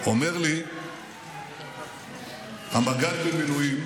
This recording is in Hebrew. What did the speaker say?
אומר לי המג"ד במילואים